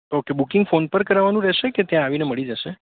okay booking phone પર કરાવવાનું રહેશે કે ત્યાં આવીને મળી જશે